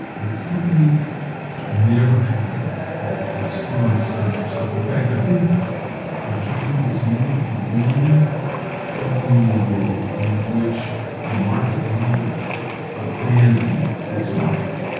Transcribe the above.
the company never had a strong sense of self. in fact, i think atari is maybe the only company in the world in which the market leader abandoned its market.